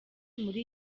muri